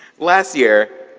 last year,